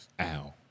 ow